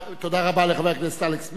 תודה רבה לחבר הכנסת אלכס מילר.